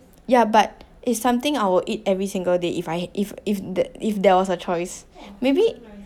yeah but it's something I will eat every single day if I if if the if there was a choice maybe